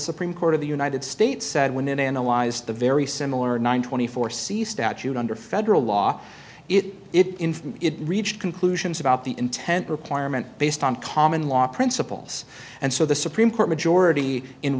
supreme court of the united states said when analyzed the very similar nine twenty four c statute under federal law it it in from it reach conclusions about the intent requirement based on common law principles and so the supreme court majority in